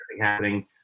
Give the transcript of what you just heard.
happening